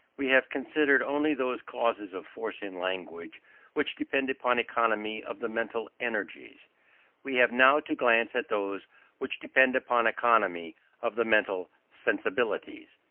we have considered only those causes of force in language which depend upon economy of the mental energies we have now to glance at those which depend upon economy of the mental sensibilities.